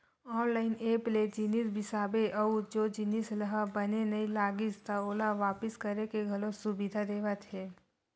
online app ले जिनिस बिसाबे अउ ओ जिनिस ह बने नइ लागिस त ओला वापिस करे के घलो सुबिधा देवत हे